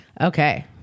Okay